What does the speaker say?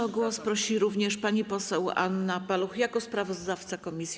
O głos prosi również pani poseł Anna Paluch jako sprawozdawca komisji.